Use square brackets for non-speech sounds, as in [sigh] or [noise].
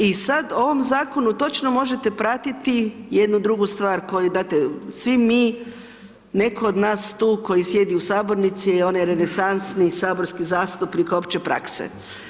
I sad ovom Zakonu točno možete pratiti jednu drugu stvar, koju, ... [unintelligible] svi mi, neko od nas tu koji sjedi u Sabornici je onaj renesansni saborski zastupnik opće prakse.